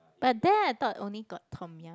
but there I thought only got Tom-Yum